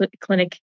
clinic